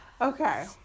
Okay